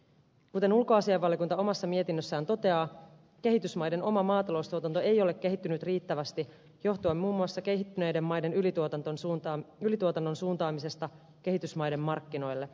kuten ulkoasiainvaliokunta mietinnössään toteaa kehitysmaiden oma maataloustuotanto ei ole kehittynyt riittävästi johtuen muun muassa kehittyneiden maiden ylituotannon suuntaamisesta kehitysmaiden markkinoille